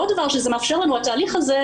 עוד דבר שזה מאפשר לנו התהליך הזה,